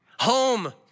Home